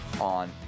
on